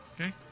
Okay